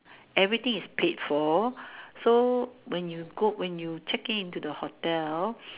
everything is paid for so when you go when you check in to the hotel